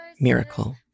Miracle